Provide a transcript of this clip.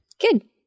Good